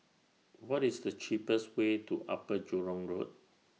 What IS The cheapest Way to Upper Jurong Road